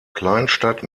kleinstadt